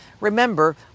remember